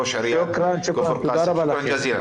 ראש עיריית כפר קאסם.